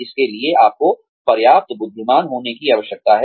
इसलिए आपको पर्याप्त बुद्धिमान होने की आवश्यकता है